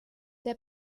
der